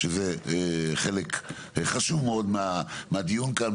שזה חלק חשוב מאוד מהדיון כאן,